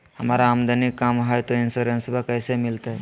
हमर आमदनी कम हय, तो इंसोरेंसबा कैसे मिलते?